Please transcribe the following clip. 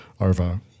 over